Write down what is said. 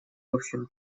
общем